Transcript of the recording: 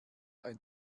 ein